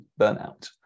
burnout